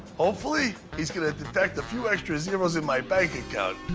hopefully, he's going to detect a few extra zeroes in my bank account.